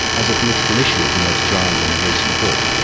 as a political issue, he notes dryly in a recent book,